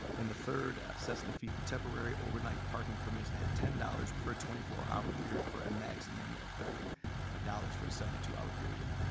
and the third assess the fee for temporary overnight parking permits at ten dollars per twenty four hour period for a maximum of thirty ah dollars for a seventy two hour period.